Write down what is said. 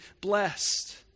blessed